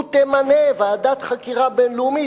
ותמנה ועדת חקירה בין-לאומית.